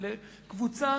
לקבוצה